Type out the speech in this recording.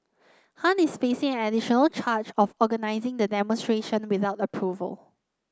Han is facing an additional charge of organising the demonstration without approval